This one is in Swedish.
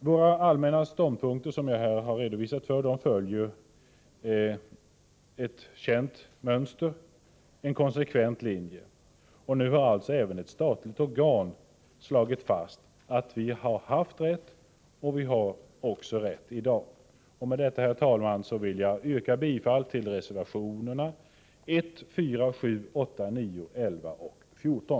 Våra allmänna ståndpunkter, som jag här har redovisat, följer ett känt mönster, en konsekvent linje, och nu har alltså även ett statligt organ slagit fast att vi haft rätt och även i dag har rätt. Med detta, herr talman, vill jag yrka bifall till reservationerna 1, 4, 7, 8, 9, 11 och 14.